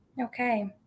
Okay